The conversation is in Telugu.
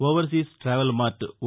ఓవర్సీస్ ట్రావెల్ మార్ట్ వో